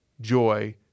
joy